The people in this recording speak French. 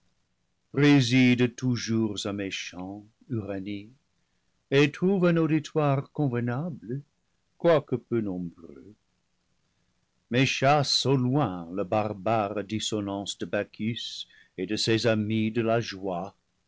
préside toujours à mes chants uranie et trouve un auditoire convenable quoique peu nombreux mais chasse au loin la barbare dissonance de bacchus et de ses amis de la joie